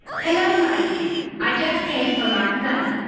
hello, my dear. i just came for my son.